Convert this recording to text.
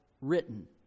written